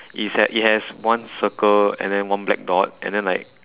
it's at it has one circle and then one black dot and then like